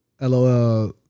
LOL